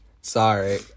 Sorry